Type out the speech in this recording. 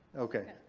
okay.